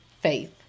faith